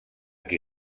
qui